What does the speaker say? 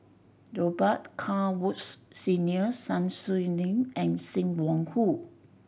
Robet Carr Woods Senior Sun Xueling and Sim Wong Hoo